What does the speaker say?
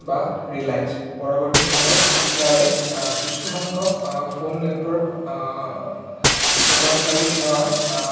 বা ৰিলায়েঞ্চ পৰৱৰ্তী সময়ত ইয়াৰে কিছুসংখ্যক ফোন নেটৱৰ্ক প্ৰদানকাৰী সেৱা